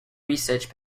research